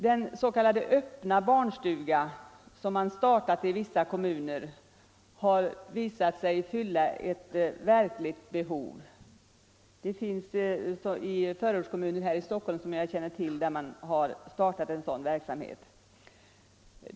Den s.k. öppna barnstuga som man startat i vissa kommuner har visat sig fylla ett verkligt behov. I några förortskommuner här i Stockholm, som jag känner till, har man just startat sådan verksamhet.